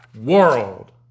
world